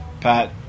Pat